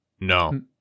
No